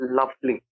Lovely